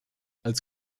als